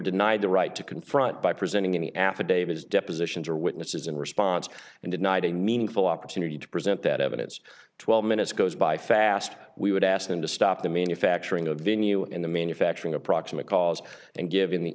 denied the right to confront by presenting any affidavits depositions or witnesses in response and denied a meaningful opportunity to present that evidence twelve minutes goes by fast we would ask them to stop the manufacturing of venue in the manufacturing of proximate cause and give in the